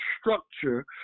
structure